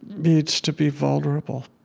means to be vulnerable.